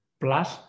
plus